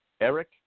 eric